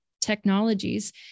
technologies